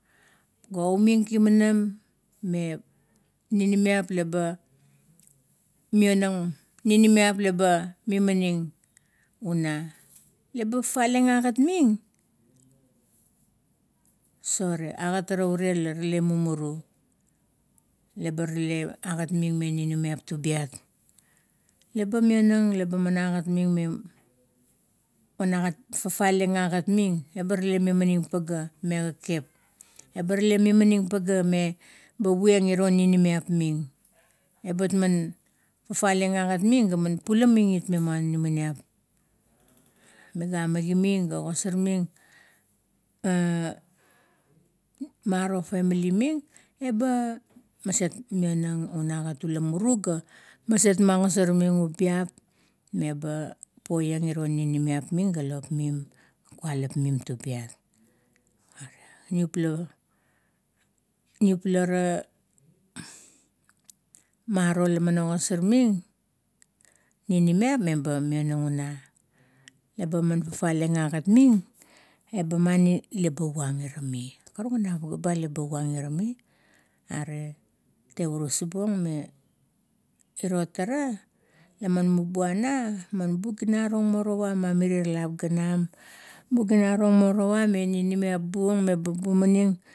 Ga aming kimanam, me ninimiap leba mionang, ninimiap leba minaning una. Leba fafale ang agat ming, sore agat tara ure la tale mumuru, laba tale agat ming me inamaniap tubiat. Leba miona leba man agat ming me, agat fafale ang agat ming, ba rala gan mimaning pagea me kekep, eba rale mimaning pagea meba puang iro ninimiap ming, ebat man fafale eng agat ming ga man pulaming it me maun inamaniap miga maginim ga ogasor ming maro famali ming, eba maset mionang unagat ula muru, ga maset magosar ming ubiap, meba puang iro ninimiap ming, ga lop mim, ga kualap mim tubiat. Niupla, niupela na, maro laman ogosar ming, ninimiap leba mionang una, leba fafale ang agat ming eba mani laba puang ira mi, karukan a pagea ba laba puang ira mi, are tavurus buong me iro tara, la man mi buo ana, beginara ong morowa ma mirier lap ga nam. Buginar o morowa meba bumaning.